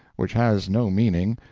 which has no meaning,